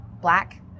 black